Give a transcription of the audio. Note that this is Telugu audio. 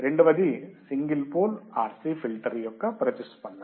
రెండవది సింగిల్ పోల్ RC ఫిల్టర్ యొక్క ప్రతిస్పందన